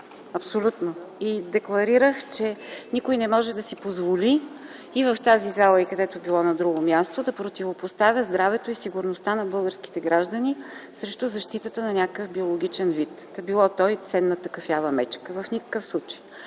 абсолютно. Декларирах, че никой не може да си позволи – и в тази зала, и където и да било на друго място, да противопоставя здравето и сигурността на българските граждани срещу защитата на някакъв биологичен вид, било то и ценната кафява мечка. В никакъв случай.